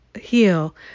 heal